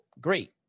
great